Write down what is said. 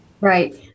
Right